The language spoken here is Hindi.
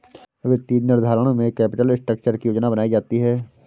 वित्तीय निर्धारण में कैपिटल स्ट्रक्चर की योजना बनायीं जाती है